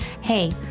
Hey